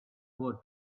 over